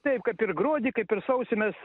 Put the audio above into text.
taip kap ir gruodį kaip ir sausį mes